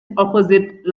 opposite